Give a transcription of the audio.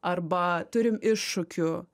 arba turim iššūkių